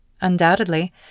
Undoubtedly